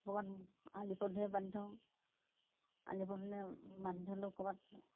ক'ৰবাত আলি পদূলিয়ে বান্ধি থওঁ আলি পদূলিয়ে বান্ধি থ'লেও ক'ৰবাত